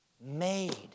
made